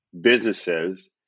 businesses